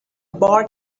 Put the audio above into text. bar